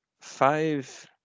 five